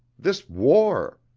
this war,